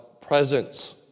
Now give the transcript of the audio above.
presence